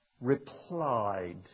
replied